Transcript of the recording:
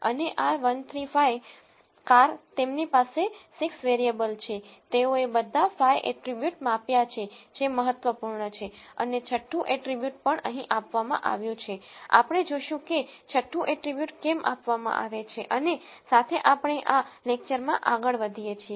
અને આ 135 કાર તેમની પાસે 6 વેરીએબલ છે તેઓએ બધા 5 એટ્રીબ્યુટ માપ્યા છે જે મહત્વપૂર્ણ છે અને છઠ્ઠું એટ્રીબ્યુટ પણ અહીં આપવામાં આવ્યું છે આપણે જોશું કે છઠ્ઠું એટ્રીબ્યુટ કેમ આપવામાં આવે છે અને સાથે આપણે આ લેકચરમાં આગળ વધીએ છીએ